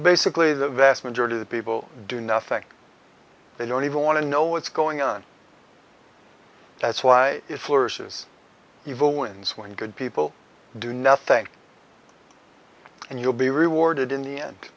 basically the vast majority of the people do nothing they don't even want to know what's going on that's why it flourishes evil wins when good people do nothing and you'll be rewarded in the end